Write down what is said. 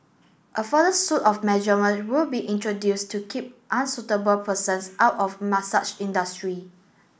a further suite of measurement will be introduced to keep unsuitable persons out of massage industry